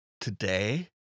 today